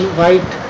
white